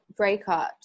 breakups